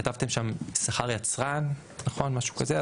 כתבתם שם שכר יצרן או משהו כזה,